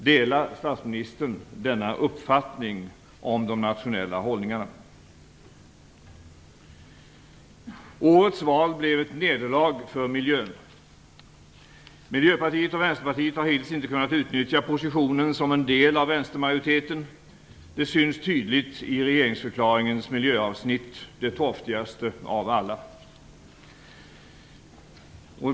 Delar statsministern denna uppfattning om de nationella hållningarna? Årets val blev ett nederlag för miljön. Miljöpartiet och Vänsterpartiet har hittills inte kunnat utnyttja positionen som en del av vänstermajoriteten. Detta syns tydligt i regeringensförklaringens miljöavsnitt - det torftigaste av alla.